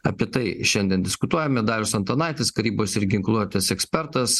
apie tai šiandien diskutuojame darius antanaitis karybos ir ginkluotės ekspertas